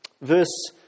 Verse